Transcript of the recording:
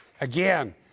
Again